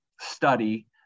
study